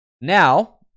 Now